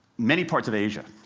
many parts of asia,